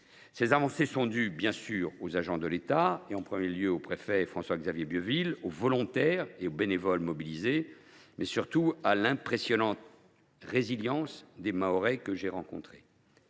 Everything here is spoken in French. Ces avancées sont dues, bien sûr, aux agents de l’État – en premier lieu, au préfet François Xavier Bieuville –, aux volontaires et bénévoles qui se sont mobilisés, mais surtout à l’impressionnante résilience des Mahorais que j’ai rencontrés.